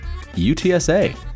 UTSA